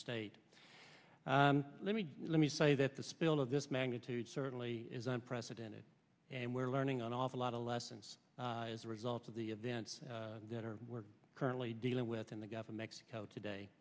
state let me let me say that the spill of this magnitude certainly is unprecedented and we're learning an awful lot of lessons as a result of the events that are currently dealing with in the gulf of mexico today